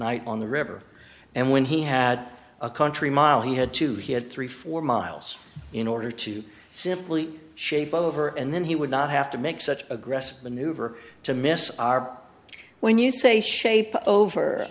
night on the river and when he had a country mile he had to hit thirty four miles in order to simply shape over and then he would not have to make such aggressive maneuver to miss are when you say shape over